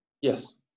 yes